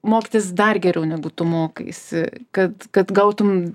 mokytis dar geriau negu tu mokaisi kad kad gautum